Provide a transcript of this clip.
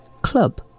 Club